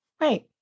right